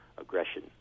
aggression